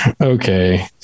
Okay